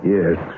Yes